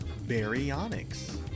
Baryonyx